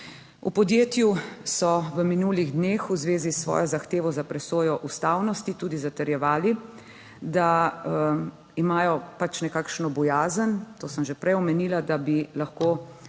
V podjetju so v minulih dneh v zvezi s svojo zahtevo za presojo ustavnosti tudi zatrjevali, da imajo pač nekakšno bojazen, to sem že prej omenila, da bi lahko